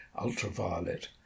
ultraviolet